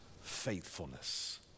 faithfulness